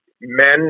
men